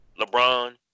LeBron